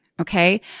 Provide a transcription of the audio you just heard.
Okay